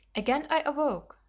again i awoke,